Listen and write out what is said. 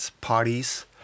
parties